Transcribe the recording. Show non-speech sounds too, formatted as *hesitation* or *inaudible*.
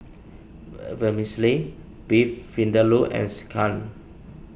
*hesitation* Vermicelli Beef Vindaloo and Sekihan